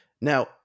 Now